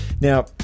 Now